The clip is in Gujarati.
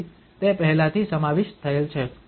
તેથી તે પહેલાથી સમાવિષ્ટ થયેલ છે